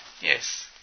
yes